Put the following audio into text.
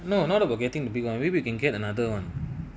no not about getting the big and maybe you can get another one